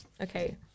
okay